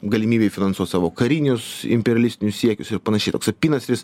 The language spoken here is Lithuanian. galimybei finansuot savo karinius imperialistinius siekius ir panašiai toks apynasris